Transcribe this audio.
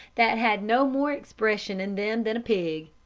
that had no more expression in them than a pig.